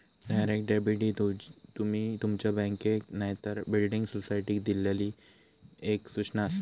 direct debit ही तुमी तुमच्या बँकेक नायतर बिल्डिंग सोसायटीक दिल्लली एक सूचना आसा